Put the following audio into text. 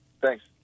Thanks